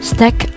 Stack